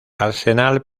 arsenal